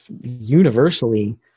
universally